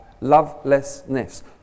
Lovelessness